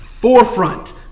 Forefront